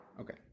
Okay